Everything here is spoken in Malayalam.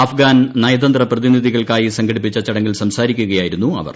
അഫ്ഗാൻ നയതന്ത്ര പ്രതിനിധികൾക്കായി സംഘടിപ്പിച്ച ചടങ്ങിൽ സംസാരിക്കുകയായിരുന്നു അവർ